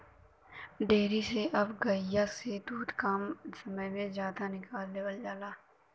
dairy से अब गइया से दूध कम समय में जादा निकाल लेवल जाला